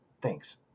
Thanks